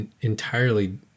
entirely